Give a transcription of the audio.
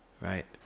right